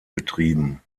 betrieben